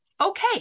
okay